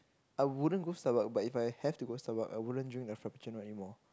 I wouldn't go Starbucks but if I have to go Starbucks I wouldn't drink the frappuncino anymore